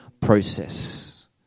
process